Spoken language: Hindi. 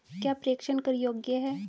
क्या प्रेषण कर योग्य हैं?